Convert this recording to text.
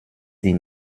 die